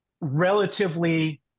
relatively